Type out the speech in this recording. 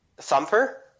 Thumper